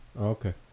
Okay